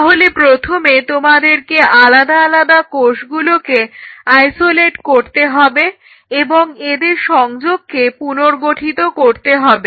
তাহলে প্রথমে তোমাদেরকে আলাদা আলাদা কোষগুলোকে আইসোলেট করতে হবে এবং এদের সংযোগকে পুনর্গঠিত করতে হবে